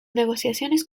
negociaciones